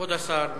כבוד השר מרגי.